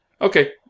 okay